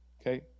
Okay